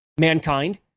mankind